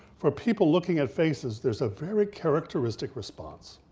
for people looking at faces, there's a very characteristic response.